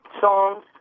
songs